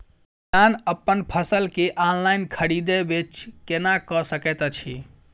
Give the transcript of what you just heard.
किसान अप्पन फसल केँ ऑनलाइन खरीदै बेच केना कऽ सकैत अछि?